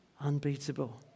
Unbeatable